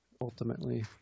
ultimately